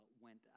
went